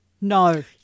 no